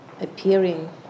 appearing